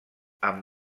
amb